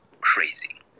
crazy